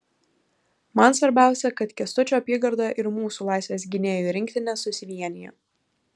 man svarbiausia kad kęstučio apygarda ir mūsų laisvės gynėjų rinktinė susivienija